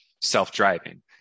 self-driving